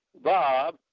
bob